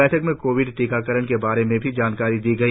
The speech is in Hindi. बैठक में कोविड टीकाकरण के बारे में भी जानकारी दी गई